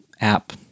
app